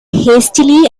hastily